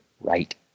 right